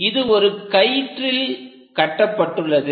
இது ஒரு கயிற்றில் கட்டப்பட்டுள்ளது